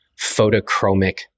photochromic